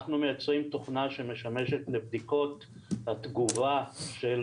אנחנו מייצרים תוכנה שמשמשת לבדיקות התגובה של